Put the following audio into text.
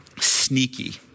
sneaky